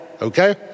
okay